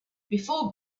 before